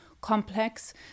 complex